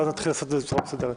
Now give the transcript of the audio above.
ואז נתחיל לעשות את זה בצורה מסודרת.